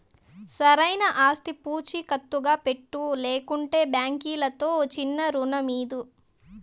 సరైన ఆస్తి పూచీకత్తుగా పెట్టు, లేకంటే బాంకీలుతో చిన్నా రుణమీదు